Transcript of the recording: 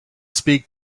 speak